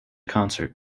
concert